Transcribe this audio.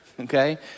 Okay